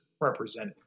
represented